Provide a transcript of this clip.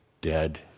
dead